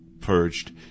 purged